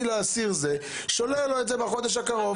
לאסיר הזה אני שולל בחודש הקרוב.